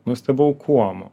nustebau kuom